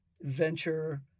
venture